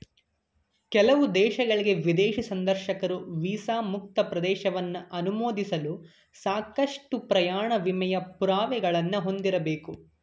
ಕೆಲವು ದೇಶಗಳ್ಗೆ ವಿದೇಶಿ ಸಂದರ್ಶಕರು ವೀಸಾ ಮುಕ್ತ ಪ್ರವೇಶವನ್ನ ಅನುಮೋದಿಸಲು ಸಾಕಷ್ಟು ಪ್ರಯಾಣ ವಿಮೆಯ ಪುರಾವೆಗಳನ್ನ ಹೊಂದಿರಬೇಕು